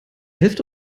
hälfte